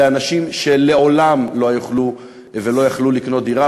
לאנשים שלעולם לא יוכלו ולא יכלו לקנות דירה.